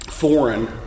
foreign